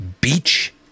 beach